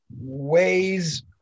ways